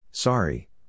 Sorry